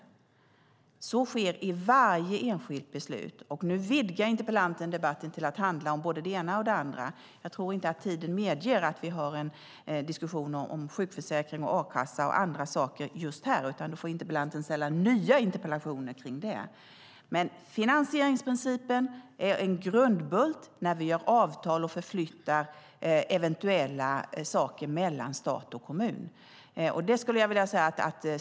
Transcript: Så sker i varje enskilt beslut. Interpellanten vidgar debatten till att handla om både det ena och det andra. Tiden medger dock inte att vi har en diskussion om sjukförsäkring, a-kassa och andra saker här och nu, utan interpellanten får ställa nya interpellationer om det. Finansieringsprincipen är en grundbult när vi gör avtal och flyttar saker mellan stat och kommun.